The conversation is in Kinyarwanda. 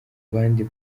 bandi